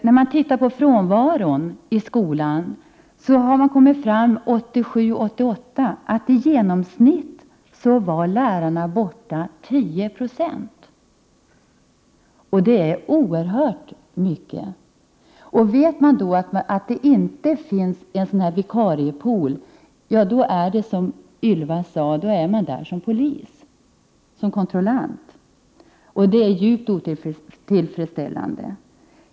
När det gäller frånvaron i skolan har man för läsåret 1987/88 kommit fram till att i genomsnitt 10 92 av lärarna var borta. Det är oehört mycket. När det inte finns en vikariepool, är läraren — som Ylva Johansson sade — i skolan som polis eller som kontrollant. Det är djupt otillfredsställande.